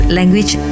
Language